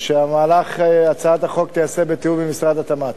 שהמהלך של הצעת החוק ייעשה בתיאום עם משרד התמ"ת.